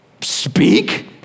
speak